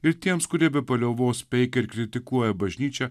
ir tiems kurie be paliovos peikia ir kritikuoja bažnyčią